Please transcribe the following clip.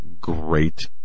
great